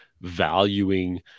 valuing